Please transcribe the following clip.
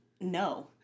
No